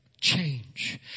Change